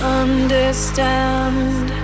understand